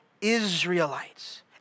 Israelites